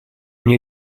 мне